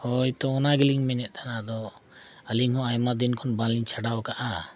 ᱦᱳᱭ ᱛᱚ ᱚᱱᱟ ᱜᱮᱞᱤᱧ ᱢᱮᱱᱮᱫ ᱛᱟᱦᱮᱱᱟ ᱟᱫᱚ ᱟᱹᱞᱤᱧ ᱦᱚᱸ ᱟᱭᱢᱟ ᱫᱤᱱ ᱠᱷᱚᱱ ᱵᱟᱹᱞᱤᱧ ᱪᱷᱟᱰᱟᱣ ᱟᱠᱟᱫᱼᱟ